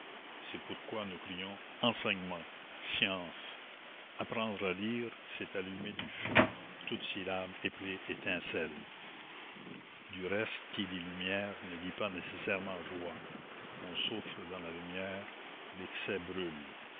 c'est pourquoi nous crions enseignement science apprendre à lire c'est allumer du feu toute syllabe épelée étincelle du reste qui dit lumière ne dit pas nécessairement joie on souffre dans la lumière l'excès brûle